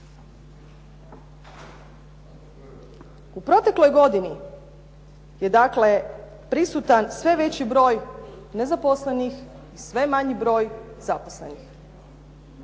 U protekloj godini je dakle prisutan sve veći broj nezaposlenih, sve manji broj zaposlenih.